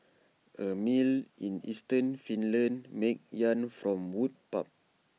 A mill in eastern Finland makes yarn from wood pulp